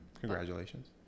congratulations